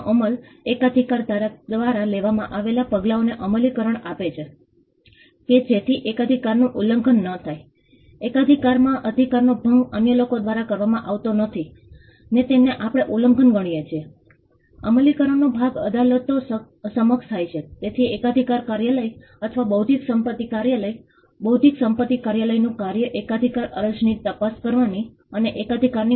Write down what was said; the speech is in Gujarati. હું આશા રાખું છું કે આ બરાબર છે ચાલો હવે આપણે જોઈએ કે તે આપણને આપત્તિ જોખમ વ્યવસ્થાપનમાં કેવી હદ સુધી ભાગ લઈ રહ્યું છે તે સમજવામાં મદદ કરી શકે આપત્તિ જોખમ સંચાલન અને સમુદાયની સમાવેશ સુધારવા માટે તે એક સહાયક સાધન બની શકે